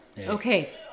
Okay